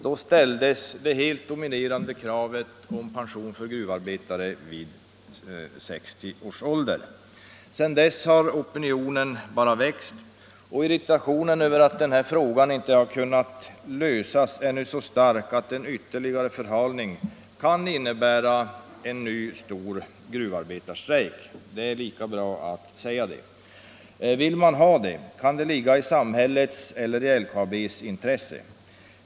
Då ställdes det helt dominerande kravet om pension för gruvarbetare vid 60 års ålder. Sedan dess har opinionen bara växt och irritationen över att den här frågan inte kunnat lösas är nu så stark att en ytterligare förhalning kan innebära en ny stor gruvarbetarstrejk. Det är lika bra att säga det. Vill man ha det? Kan det ligga i samhällets eller LKAB:s intresse?